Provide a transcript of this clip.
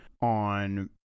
on